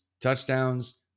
touchdowns